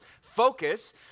focus